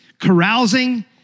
carousing